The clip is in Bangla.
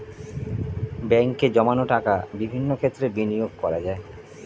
ব্যাঙ্কে জমানো টাকা বিভিন্ন ক্ষেত্রে বিনিয়োগ করা যায়